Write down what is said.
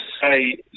say